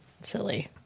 silly